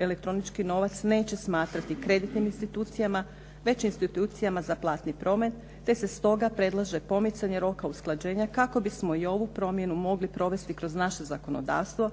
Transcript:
elektronički novac neće smatrati kreditnim institucijama, već institucijama za platni promet te se stoga predlaže pomicanje roka usklađenja kako bismo i ovu promjenu mogli provesti kroz naše zakonodavstvo,